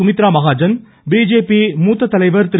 Sumitra Mahajan BJP மூத்த தலைவா் திரு